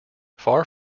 far